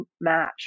match